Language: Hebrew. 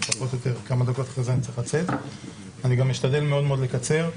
אני גם אשתדל מאוד מאוד לקצר.